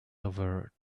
over